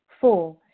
Four